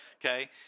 Okay